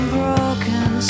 broken